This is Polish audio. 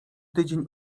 tydzień